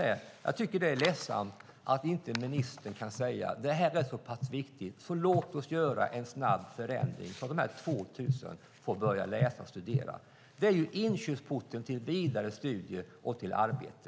Det är ledsamt att ministern inte kan säga att detta är så pass viktigt att man ska göra en snabb förändring så att dessa 2 000 personer får börja läsa och studera. Det är inkörsporten till vidare studier och arbete.